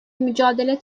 mücadele